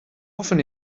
often